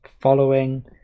Following